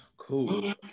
Cool